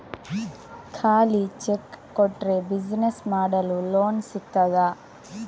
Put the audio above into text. ಖಾಲಿ ಚೆಕ್ ಕೊಟ್ರೆ ಬಿಸಿನೆಸ್ ಮಾಡಲು ಲೋನ್ ಸಿಗ್ತದಾ?